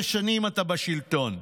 17 שנים אתה בשלטון.